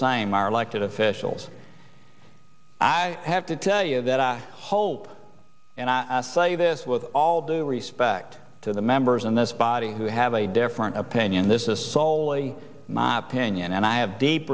same our elected officials i have to tell you that i hope and i say this with all due respect to the members in this body who have a different opinion this is soley my opinion and i have deep